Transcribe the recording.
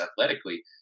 athletically